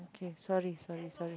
okay sorry sorry sorry